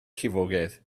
llifogydd